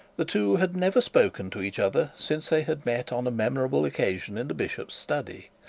the two had never spoken to each other since they had met on a memorable occasion in the bishop's study.